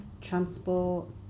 transport